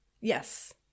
Yes